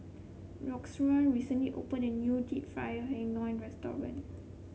Roxane recently open a new deep fried hiang restaurant